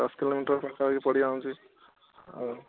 ଦଶ କିଲୋମିଟର୍ ପାଖାପାଖି ପଡ଼ି ଯାଉଛି ଆଉ